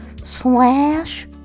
slash